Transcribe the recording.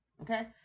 Okay